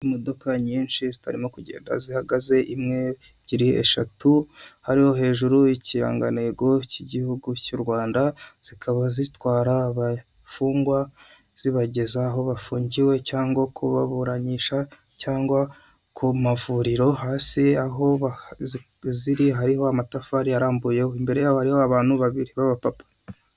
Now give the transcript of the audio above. Imodoka nyinshi zikarimo kugenda zihagaze, imwe, ebyiri, eshatu, hariho hejuru ikirangantego cy'igihugu cy'u Rwanda zikaba zitwara abafungwa zibageza aho bafungiwe cyangwa kubaburanisha cyangwa ku mavuriro, hasi aho ziri hariho amatafari arambuye ho, imbere yaho hariho abantu babiri b'abapapa.